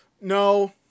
No